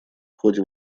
ходе